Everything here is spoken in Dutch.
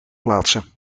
plaatsen